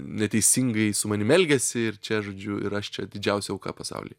neteisingai su manim elgiasi ir čia žodžiu ir aš čia didžiausia auka pasaulyje